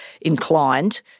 inclined